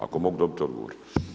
Ako mogu dobiti odgovor.